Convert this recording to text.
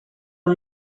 are